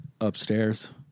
upstairs